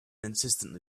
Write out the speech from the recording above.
insistently